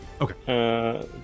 Okay